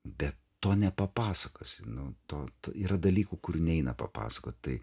bet to nepapasakosi nu to yra dalykų kurių neina papasakot tai